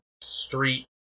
street